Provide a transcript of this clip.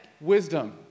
wisdom